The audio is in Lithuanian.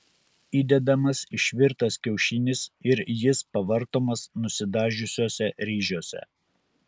įdedamas išvirtas kiaušinis ir jis pavartomas nusidažiusiuose ryžiuose